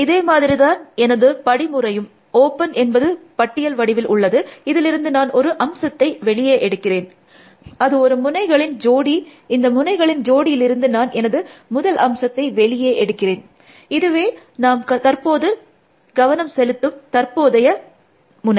இதே மாதிரிதான் எனது படிமுறையும் ஓப்பன் எனபது பட்டியல் வடிவில் உள்ளது இதிலிருந்து நான் ஒரு அம்சத்தை வெளியே எடுக்கிறேன் அது ஒரு முனைகளின் ஜோடி இந்த முனைகளின் ஜோடியிலிருந்து நான் எனது முதல் அம்சத்தை வெளியே எடுக்கிறேன் இதுவே நாம் தற்போது நான் கவனம் செலுத்தும் தற்போதைய முனை